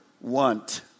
want